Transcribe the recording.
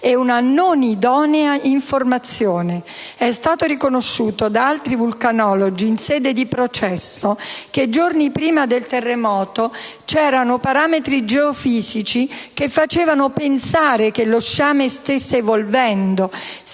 e una non idonea informazione. È stato riconosciuto da altri vulcanologi, in sede di processo, che giorni prima del terremoto c'erano parametri geofisici che facevano pensare che lo sciame stesse evolvendo,